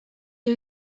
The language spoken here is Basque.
dio